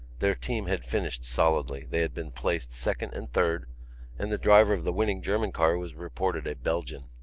their team had finished solidly they had been placed second and third and the driver of the winning german car was reported a belgian.